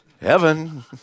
heaven